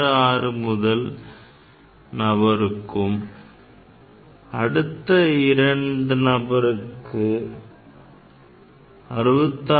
66 முதல் நபருக்கும் அடுத்த நபருக்கு 66